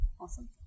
Awesome